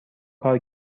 کار